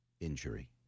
injury